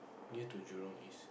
near to jurong East